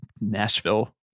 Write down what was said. Nashville